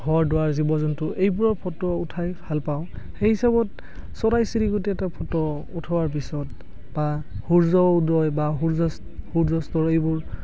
ঘৰ দুৱাৰ জীৱ জন্তু এইবোৰৰ ফটো উঠাই ভাল পাওঁ সেই হিচাবত চৰাই চিৰিকটি এটা ফটো উঠোৱাৰ পিছত বা সূৰ্য উদয় বা সূৰ্যাচ সূৰ্যাস্ত এইবোৰ